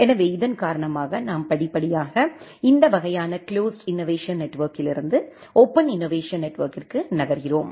எனவே இதன் காரணமாக நாம் படிப்படியாக இந்த வகையான குளோஸ்டு இன்னோவேஷன் நெட்வொர்க்லிருந்து ஓபன் இன்னோவேஷன் நெட்வொர்க்கிற்கு நகர்கிறோம்